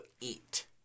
eat